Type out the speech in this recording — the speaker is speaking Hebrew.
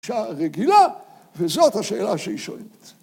אישה רגילה, וזאת השאלה שהיא שואלת.